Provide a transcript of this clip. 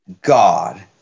God